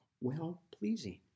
well-pleasing